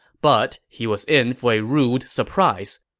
but he was in for a rude surprise.